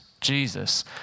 jesus